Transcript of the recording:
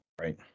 Right